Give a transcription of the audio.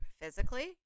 physically